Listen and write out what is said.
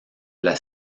las